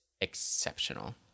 exceptional